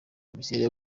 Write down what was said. miswi